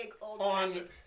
on